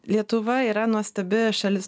lietuva yra nuostabi šalis